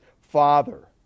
Father